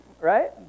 right